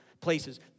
places